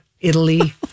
Italy